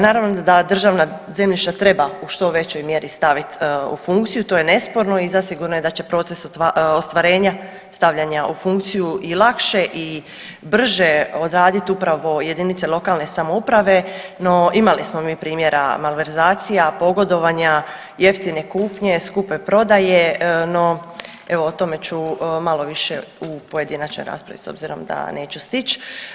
Naravno da državna zemljišta treba u što većoj mjeri staviti u funkciju, to je nesporno i zasigurno je da će proces ostvarenja stavljanja u funkciju i lakše i brže odraditi upravo jedinice lokalne samouprave, no imali smo mi primjera malverzacija, pogodovanja jeftine kupnje, skupe prodaje no evo o tome ću malo više u pojedinačnoj raspravi s obzirom da neću stići.